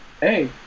hey